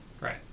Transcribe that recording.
Right